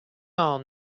all